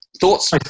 Thoughts